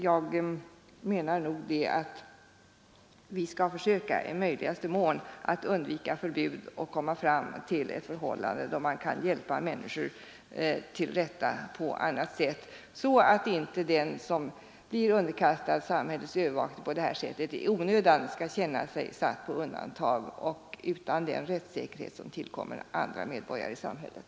Jag menar att vi skall försöka att undvika förbud i möjligaste mån och försöka etablera ett sådant förhållande att man kan hjälpa människor till rätta på annat vis, så att inte den som blir underkastad samhällets övervakning på detta sätt i onödan känner sig satt på undantag och utan den rättssäkerhet som tillkommer andra medborgare i samhället.